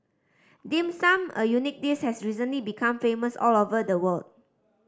Dim Sum a unique dish has recently become famous all over the world